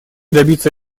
добиться